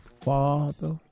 father